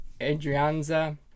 Adrianza